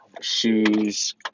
shoes